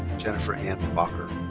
jennifer ann bocker.